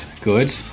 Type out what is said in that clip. good